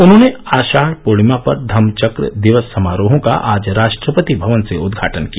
उन्होंने आषाढ़ पूर्णिमा पर धम्म चक्र दिवस समारोहों का आज राष्ट्रपति भवन से उदघाटन किया